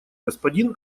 господин